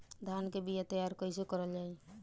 धान के बीया तैयार कैसे करल जाई?